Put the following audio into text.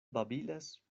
babilas